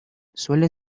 suelen